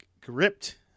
gripped